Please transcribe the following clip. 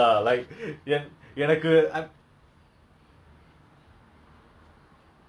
err I have no but my my my sister my sister likes v~ err